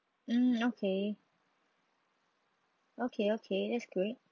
mm okay okay okay that's great